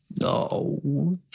No